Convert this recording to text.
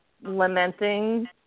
lamenting